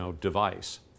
device